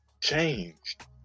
changed